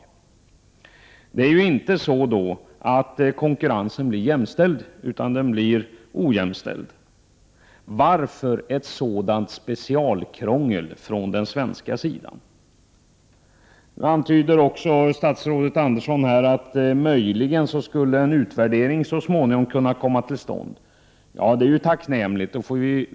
Konkurrensen blir inte jämställd, utan den blir ojämställd. Varför ett sådant specialkrångel från svensk sida? Statsrådet antyder också att en utvärdering möjligen så småningom skulle kunna komma till stånd. Det är tacknämligt.